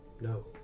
no